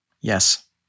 Yes